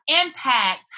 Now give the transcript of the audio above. impact